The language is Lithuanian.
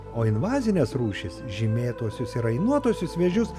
o invazinės rūšys žymėtuosius ir rainuotuosius vėžius